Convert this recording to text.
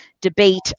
debate